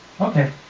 Okay